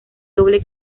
doble